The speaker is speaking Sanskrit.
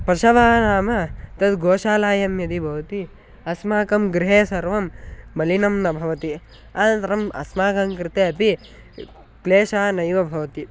पशवः नाम तद् गोशालायां यदि भवति अस्माकं गृहे सर्वं मलिनं न भवति अनन्तरम् अस्माकङ्कृते अपि क्लेशः नैव भवति